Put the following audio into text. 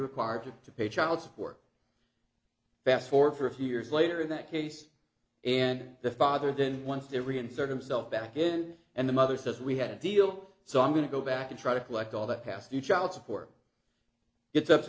required to pay child support fast for for a few years later in that case and the father then once to re insert him self back in and the mother says we had a deal so i'm going to go back and try to collect all that past the child support it's up to